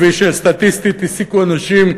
כפי שסטטיסטית הסיקו אנשים,